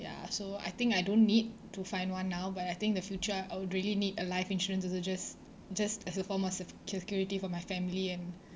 ya so I think I don't need to find one now but I think the future I would really need a life insurance to just just as a form of se~ security for my family and